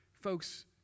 folks